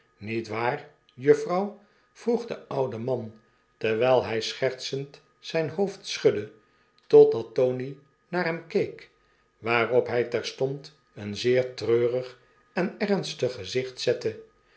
niet waar juffrouw vroeg de oude man terwijl hy schertsend zijn hoofd schudde totdattony naar hem keek waarop hy terstond een zeer treurig en ernstig gezicht zette